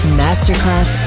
masterclass